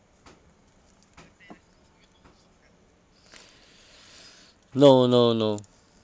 no no no